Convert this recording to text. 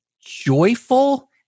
joyful